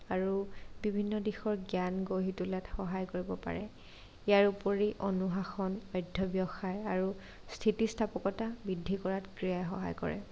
আৰু বিভিন্ন দিশৰ জ্ঞান গঢ়ি তোলাত সহায় কৰিব পাৰে ইয়াৰ ওপৰি অনুশাসন অধ্যাব্যসায় আৰু স্থিতিস্থাপকতা বৃদ্ধি কৰাত ক্ৰীড়াই সহায় কৰে